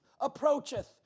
approacheth